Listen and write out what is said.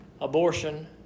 abortion